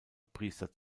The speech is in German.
priester